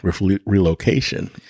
relocation